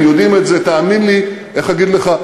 הם יודעים את זה, תאמין לי, איך אגיד לך?